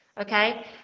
okay